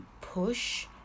push